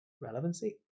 relevancy